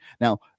Now